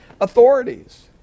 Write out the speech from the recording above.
authorities